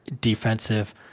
defensive